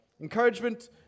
Encouragement